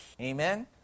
Amen